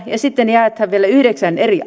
ja sitten jaetaan vielä yhdeksään eri